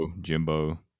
Jimbo